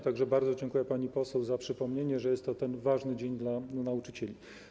Tak że bardzo dziękuję pani poseł za przypomnienie, że jest to ten ważny dzień dla nauczycieli.